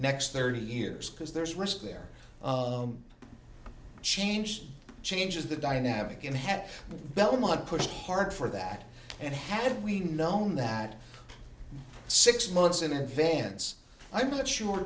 next thirty years because there is risk there change changes the dynamic and have belmont pushed hard for that and had we known that six months in advance i'm not sure